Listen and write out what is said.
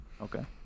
Okay